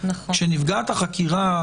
כשנפגעת העבירה,